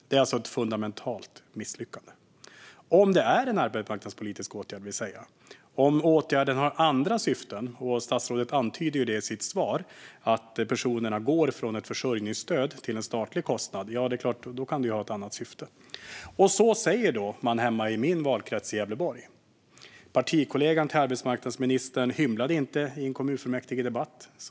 Det är ett fundamentalt misslyckande, om det är en arbetsmarknadspolitisk åtgärd. Men det kan ju finnas andra syften med åtgärden. Statsrådet antyder i sitt svar att personerna går från ett försörjningsstöd till en statlig kostnad. Det är klart att det är ett annat syfte. Så säger man hemma i min valkrets, i Gävleborg. Partikollegan till arbetsmarknadsministern hymlade inte i en kommunfullmäktigedebatt.